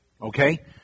Okay